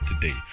today